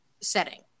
setting